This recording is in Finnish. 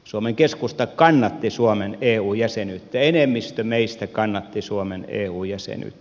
suomen keskusta kannatti suomen eu jäsenyyttä enemmistö meistä kannatti suomen eu jäsenyyttä